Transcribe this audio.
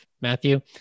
Matthew